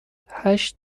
هشت